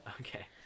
Okay